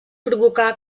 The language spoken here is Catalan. provocà